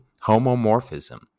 homomorphism